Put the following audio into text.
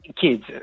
kids